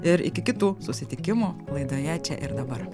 ir iki kitų susitikimų laidoje čia ir dabar